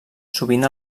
sovint